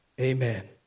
amen